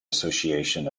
association